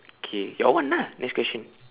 K your one lah next question